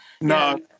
no